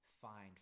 find